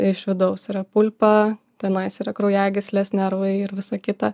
iš vidaus yra pulpa tenais yra kraujagyslės nervai ir visa kita